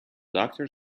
doctor